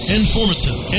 informative